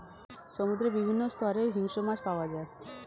সমুদ্রের বিভিন্ন স্তরে হিংস্র মাছ পাওয়া যায়